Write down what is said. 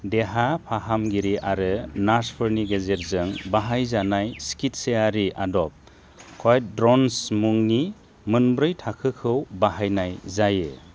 देहा फाहामगिरि आरो नर्सफोरनि गेजेरजों बाहायजानाय चिकित्सायारि आदब क्वाड्रन्ट्स मुंनि मोनब्रै थाखोखौ बाहायनाय जायो